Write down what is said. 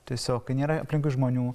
tiesiog kai nėra aplinkui žmonių